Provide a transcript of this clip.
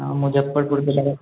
हँ मुजफ्फरपुरके तरफ